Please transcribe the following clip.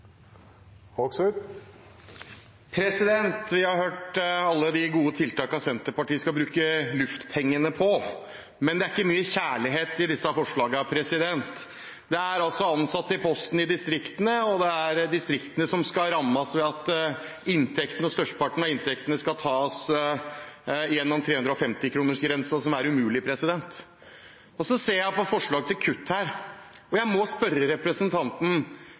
Vi har hørt om alle de gode tiltakene Senterpartiet skal bruke luftpengene på, men det er ikke mye kjærlighet i disse forslagene. Det er ansatte i Posten i distriktene, og det er distriktene som skal rammes ved at størsteparten av inntektene skal tas gjennom 350-kronersgrensen, noe som er umulig. Så ser jeg på forslag til kutt her, og jeg må spørre representanten,